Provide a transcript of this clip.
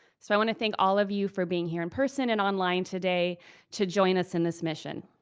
so i wanna thank all of you for being here in person and online today to join us in this mission.